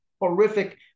horrific